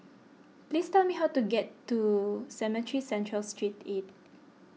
please tell me how to get to Cemetry Central Street eight